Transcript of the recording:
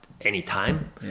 anytime